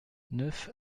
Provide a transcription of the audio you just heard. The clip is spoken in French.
neuf